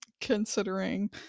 considering